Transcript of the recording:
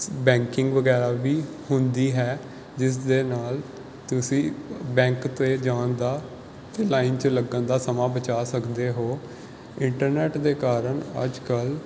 banking ਵਗੈਰਾ ਵੀ ਹੁੰਦੀ ਹੈ ਜਿਸ ਦੇ ਨਾਲ ਤੁਸੀਂ ਬੈਂਕ 'ਤੇ ਜਾਣ ਦਾ ਅਤੇ ਲਾਈਨ 'ਚ ਲੱਗਣ ਦਾ ਸਮਾਂ ਬਚਾ ਸਕਦੇ ਹੋ ਇੰਟਰਨੈੱਟ ਦੇ ਕਾਰਨ ਅੱਜ ਕੱਲ੍ਹ